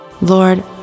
Lord